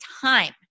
time